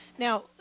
Now